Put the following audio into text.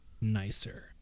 nicer